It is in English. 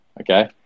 okay